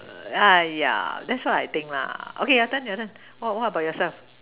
ah yeah that's why I think la okay that's it that's it what about yourself